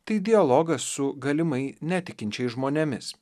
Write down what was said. tai dialogas su galimai netikinčiais žmonėmis